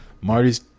Marty's